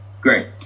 great